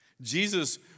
Jesus